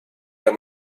der